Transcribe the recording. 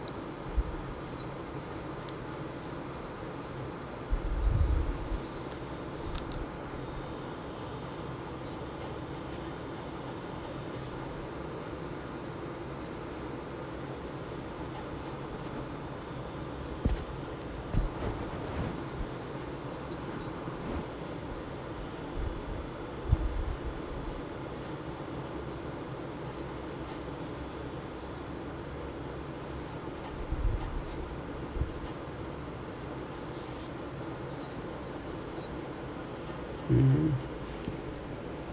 mmhmm